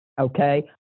Okay